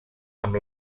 amb